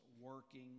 working